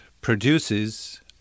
produces